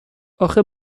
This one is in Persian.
اخه